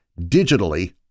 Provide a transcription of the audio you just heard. digitally